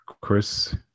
Chris